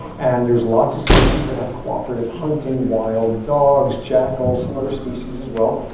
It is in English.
and there's lots of species that have cooperative hunting. wild dogs, jackals, some other species as well.